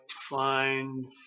find